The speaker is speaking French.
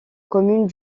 communes